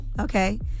Okay